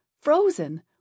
frozen